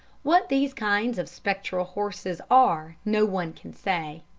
what these kinds of spectral horses are no one can say.